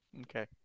okay